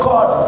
God